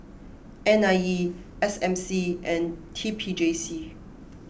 N I E S M C and T P J C